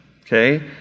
Okay